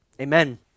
amen